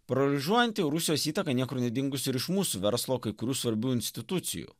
paralyžiuojanti rusijos įtaka niekur nedingusi ir iš mūsų verslo kai kurių svarbių institucijų